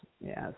yes